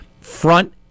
front